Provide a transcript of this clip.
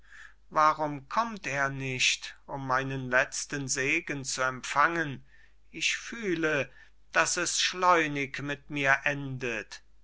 warum kommt er nicht um meinen letzten segen zu empfangen ich fühle dass es schleunig mit mir endet